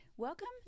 Welcome